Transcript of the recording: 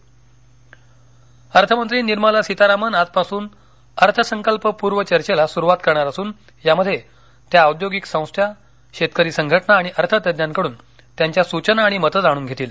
अर्थसंकल्पपर्व चर्चा अर्थमंत्री निर्मला सीतारामन आजपासून अर्थसंकल्पपू र्वचर्चेला सुरुवात करणार असून यामध्ये त्या औद्योगिक संस्था शेतकरी संघटना आणि अर्थतज्ञांकडून त्यांच्या सुचना आणि मतं जाणून घेतील